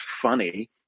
funny